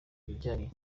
bijyanye